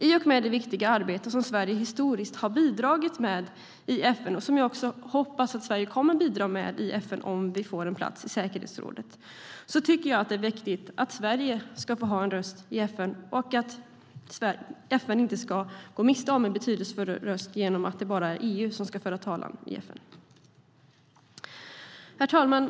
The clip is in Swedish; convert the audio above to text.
I och med det viktiga arbete som Sverige historiskt har bidragit med i FN - och som jag hoppas att Sverige kommer att bidra med i FN, om vi får en plats i säkerhetsrådet - är det viktigt att Sverige får ha en röst i FN och att FN inte går miste om en betydelsefull röst genom att det bara är EU som ska föra talan i FN. Herr talman!